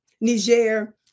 Niger